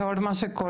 לאור מה שקורה,